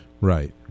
Right